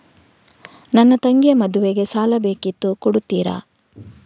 ನನ್ನ ತಂಗಿಯ ಮದ್ವೆಗೆ ಸಾಲ ಬೇಕಿತ್ತು ಕೊಡ್ತೀರಾ?